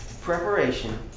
preparation